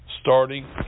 starting